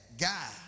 guy